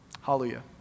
Hallelujah